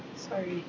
sorry